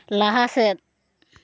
ᱞᱟᱦᱟ ᱥᱮᱫ